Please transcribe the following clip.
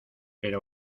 pero